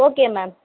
okay ma'am